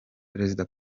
perezida